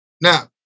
Now